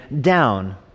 down